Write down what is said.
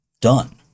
done